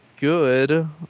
good